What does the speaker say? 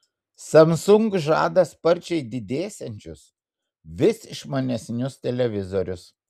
samsung žada sparčiai didėsiančius vis išmanesnius televizorius